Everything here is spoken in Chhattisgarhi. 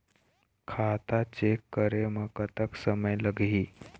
खाता चेक करे म कतक समय लगही?